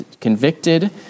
convicted